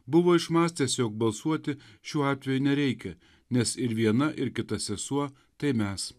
buvo išmąstęs jog balsuoti šiuo atveju nereikia nes ir viena ir kita sesuo tai mes